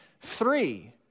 three